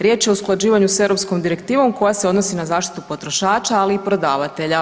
Riječ je o usklađivanju sa europskom direktivom koja se odnosi na zaštitu potrošača, ali i prodavatelja.